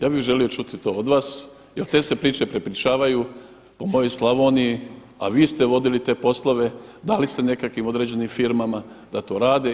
Ja bih želio čuti to od vas jel te se priče prepričavaju po mojoj Slavoniji, a vi ste vodili te poslove, dali ste nekakvim određenim firmama da to rade.